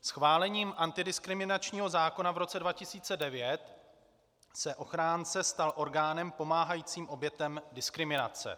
Schválením antidiskriminačního zákona v roce 2009 se ochránce stal orgánem pomáhajícím obětem diskriminace.